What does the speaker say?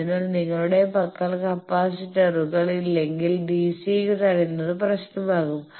അതിനാൽ നിങ്ങളുടെ പക്കൽ കപ്പാസിറ്ററുകൾ ഇല്ലെങ്കിൽ ഡിസി തടയുന്നത് പ്രശ്നമാകാം